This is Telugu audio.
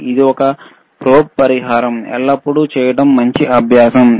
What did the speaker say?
ఇది ఒక ప్రోబ్ పరిహారం ఎల్లప్పుడూ చేయడం మంచి అభ్యాసం